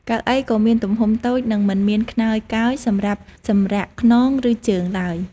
កៅអីក៏មានទំហំតូចនិងមិនមានខ្នើយកើយសម្រាប់សម្រាកខ្នងឬជើងឡើយ។